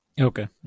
Okay